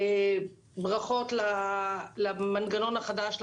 ברכות למנגנון החדש,